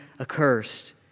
accursed